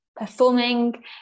Performing